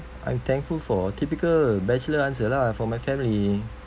I'm thankful for typical bachelor answer lah for my family